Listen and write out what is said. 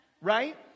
Right